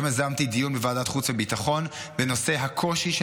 היום יזמתי דיון בוועדת החוץ והביטחון בנושא הקושי של